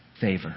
favor